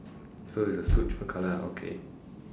so is the suit different colour ah okay